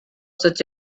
such